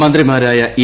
മന്ത്രിമാരായ ഇ